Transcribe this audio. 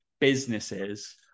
businesses